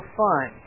fun